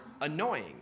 annoying